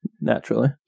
Naturally